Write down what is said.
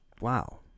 Wow